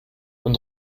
und